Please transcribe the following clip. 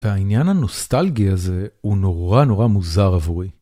והעניין הנוסטלגי הזה הוא נורא נורא מוזר עבורי.